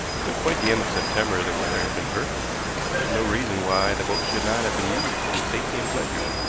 until quite the end of september the weather had been perfect there was no reason why the boat should not have been used with safety and pleasure,